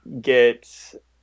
get